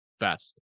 best